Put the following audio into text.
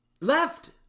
left